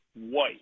White